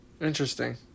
Interesting